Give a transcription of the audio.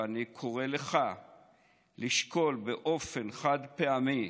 ואני קורא לך לשקול באופן חד-פעמי,